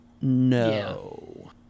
No